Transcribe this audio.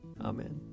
Amen